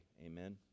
Amen